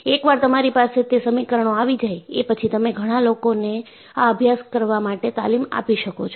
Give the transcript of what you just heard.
એકવાર તમારી પાસે તે સમીકરણો આવી જાય એ પછી તમે ઘણા લોકોને આ અભ્યાસ કરવા માટે તાલીમ આપી શકો છો